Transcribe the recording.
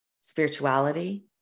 spirituality